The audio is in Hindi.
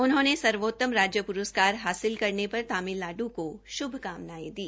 उन्होंने सर्वोतम राज्य प्रस्कार हासिल करने पर तमिलनाड् को श्भकामनायें दी